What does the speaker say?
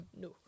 No